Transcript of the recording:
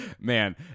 Man